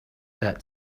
that